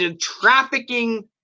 Trafficking